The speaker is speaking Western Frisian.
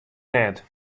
net